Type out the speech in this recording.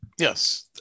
Yes